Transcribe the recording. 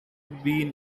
been